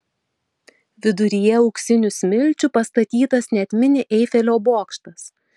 viduryje auksinių smilčių pastatytas net mini eifelio bokštas